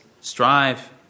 strive